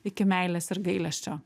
iki meilės ir gailesčio